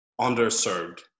underserved